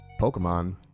Pokemon